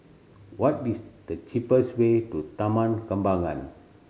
what is the cheapest way to Taman Kembangan